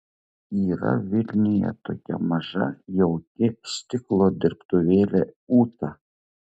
yra vilniuje tokia maža jauki stiklo dirbtuvėlė ūta